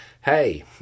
hey